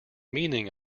meaning